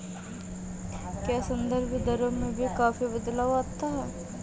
क्या संदर्भ दरों में भी काफी बदलाव आता है?